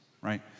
right